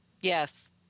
Yes